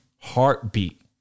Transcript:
heartbeat